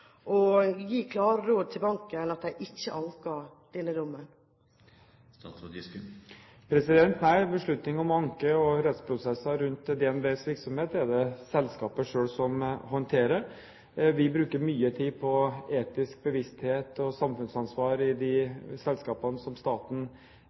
og gi klare råd til banken om at de ikke bør anke denne dommen? Nei, beslutning om anke og rettsprosesser rundt DnB NORs virksomhet er det selskapet selv som håndterer. Vi bruker mye tid på etisk bevissthet og samfunnsansvar i de